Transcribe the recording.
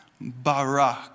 Barak